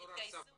התגייסו